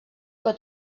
que